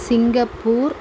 Singapore